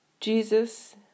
Jesus